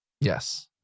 Yes